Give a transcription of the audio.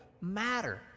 matter